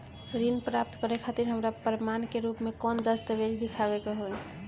ऋण प्राप्त करे खातिर हमरा प्रमाण के रूप में कौन दस्तावेज़ दिखावे के होई?